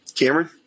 Cameron